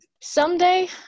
Someday